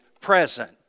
present